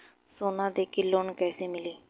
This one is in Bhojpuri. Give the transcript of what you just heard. सोना दे के लोन कैसे मिली?